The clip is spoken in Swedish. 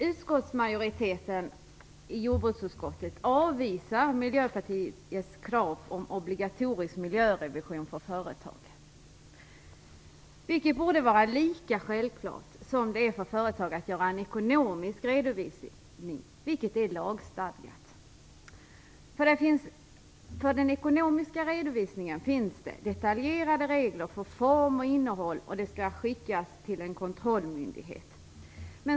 Herr talman! Majoriteten i jordbruksutskottet avvisar Miljöpartiets krav på obligatorisk miljörevision för företag. Att göra en sådan borde vara lika självklart som det är för företag att göra den lagstadgade ekonomiska redovisningen. För den ekonomiska redovisningen finns det detaljerade regler för form och innehåll, och den skall skickas till en kontrollmyndighet.